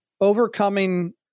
overcoming